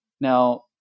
Now